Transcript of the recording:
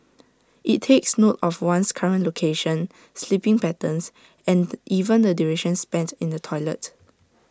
IT takes note of one's current location sleeping patterns and even the duration spent in the toilet